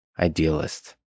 idealist